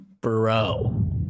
bro